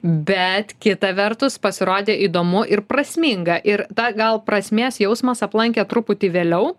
bet kita vertus pasirodė įdomu ir prasminga ir ta gal prasmės jausmas aplankė truputį vėliau